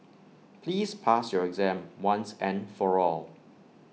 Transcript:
please pass your exam once and for all